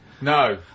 No